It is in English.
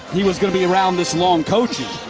he was going to be around this long coaching.